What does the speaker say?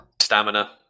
stamina